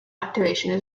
activation